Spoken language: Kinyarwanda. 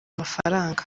amafaranga